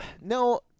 No